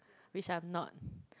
which I'm not